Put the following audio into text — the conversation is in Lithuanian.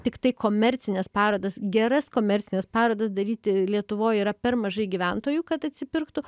tiktai komercinės parodos geras komercines parodas daryti lietuvoj yra per mažai gyventojų kad atsipirktų